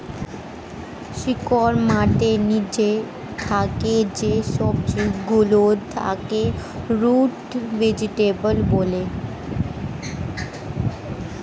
শিকড় মাটির নিচে থাকে যেই সবজি গুলোর তাকে রুট ভেজিটেবল বলে